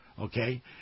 Okay